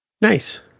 Nice